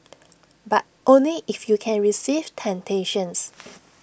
but only if you can resist temptations